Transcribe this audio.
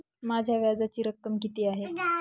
माझ्या व्याजाची रक्कम किती आहे?